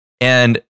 and-